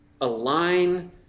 align